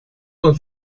con